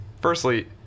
firstly